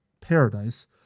paradise